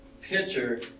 picture